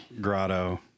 Grotto—